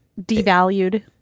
devalued